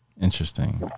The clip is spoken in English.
Interesting